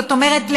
זאת אומרת,